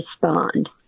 respond